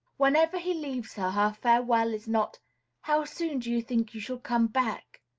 whenever he leaves her, her farewell is not how soon do you think you shall come back?